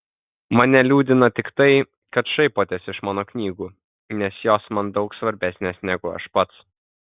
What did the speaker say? mane liūdina tik tai kad šaipotės iš mano knygų nes jos man daug svarbesnės negu aš pats